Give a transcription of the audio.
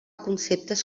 conceptes